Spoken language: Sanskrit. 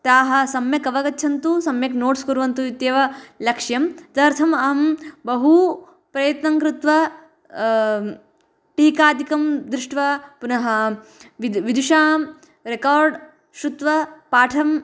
ताः सम्यक् अवगच्छन्तु सम्यक् नोट्स् कुर्वन्तु इत्येव लक्ष्यं तदर्थम् अहं बहु प्रयत्नं कृत्वा टीकादिकं दृष्ट्वा पुनः विदु विदुषां रेकार्ड् श्रुत्वा पाठम्